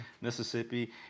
Mississippi